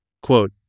Quote